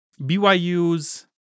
byu's